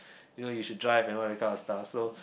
you know you should drive you know that kind of stuff so